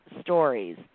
stories